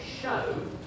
show